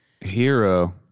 hero